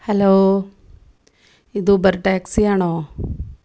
hello ഇത് Uber taxi ആണോ